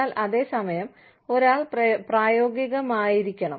എന്നാൽ അതേ സമയം ഒരാൾ പ്രായോഗികമായിരിക്കണം